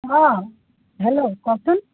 অঁ হেল্ল' কচোন